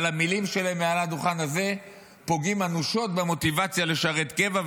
אבל המילים שלהם מעל הדוכן הזה פוגעות אנושות במוטיבציה לשרת קבע.